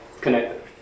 connected